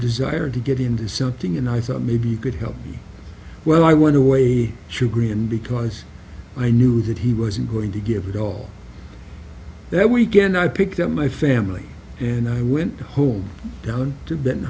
desire to get into something and i thought maybe you could help me well i want a way to agree and because i knew that he wasn't going to give it all that weekend i picked up my family and i went home down to